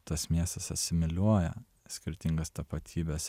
tas miestas asimiliuoja skirtingas tapatybes